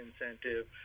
incentive